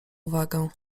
uwagę